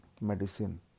medicine